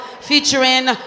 featuring